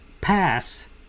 pass